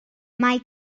mae